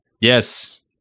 Yes